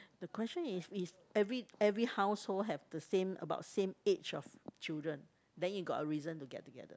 the question is if every every house hold have the same about the same age of children then you got a reason to get together